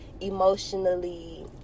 emotionally